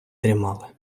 дрімали